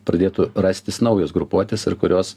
pradėtų rastis naujos grupuotės ir kurios